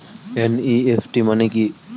NEFT মনে কি?